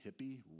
hippie